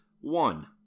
One